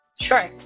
Sure